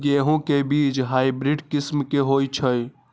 गेंहू के बीज हाइब्रिड किस्म के होई छई?